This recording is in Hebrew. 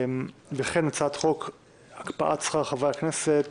וכן הצעת חוק הקפאת שכר חברי הכנסת